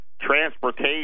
transportation